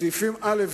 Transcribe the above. סעיפים א',